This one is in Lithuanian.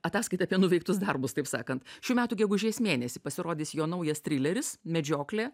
ataskaita apie nuveiktus darbus taip sakant šių metų gegužės mėnesį pasirodys jo naujas trileris medžioklė